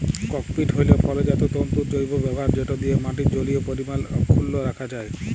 cocopeat হ্যইল ফলজাত তল্তুর জৈব ব্যাভার যেট দিঁয়ে মাটির জলীয় পরিমাল অখ্খুল্ল রাখা যায়